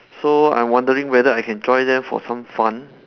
so I'm wondering whether I can join them for some fun